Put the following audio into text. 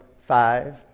five